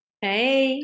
hey